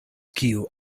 kiu